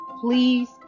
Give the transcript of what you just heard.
please